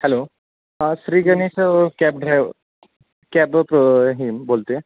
hello हां Shriganesh cab drive cab प्र हे बोलतो आहे